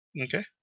Okay